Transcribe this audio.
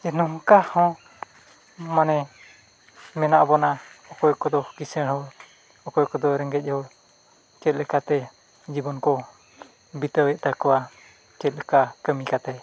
ᱡᱮ ᱱᱚᱝᱠᱟ ᱦᱚᱸ ᱢᱟᱱᱮ ᱢᱮᱱᱟᱜ ᱵᱚᱱᱟ ᱚᱠᱚᱭ ᱠᱚᱫᱚ ᱠᱤᱥᱟᱹᱲ ᱦᱚᱲ ᱚᱠᱚᱭ ᱠᱚᱫᱚ ᱨᱮᱸᱜᱮᱡ ᱦᱚᱲ ᱪᱮᱫ ᱞᱮᱠᱟᱛᱮ ᱡᱤᱵᱚᱱ ᱠᱚ ᱵᱤᱛᱟᱹᱣᱮᱫ ᱛᱟᱠᱚᱣᱟ ᱪᱮᱫ ᱞᱮᱠᱟ ᱠᱟᱹᱢᱤ ᱠᱟᱛᱮᱫ